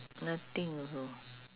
nothing also